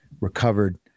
recovered